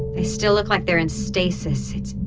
they still look like they're in stasis. it's,